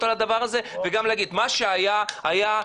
על הדבר הזה וגם להגיד מה שהיה היה,